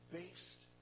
based